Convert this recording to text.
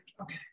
Okay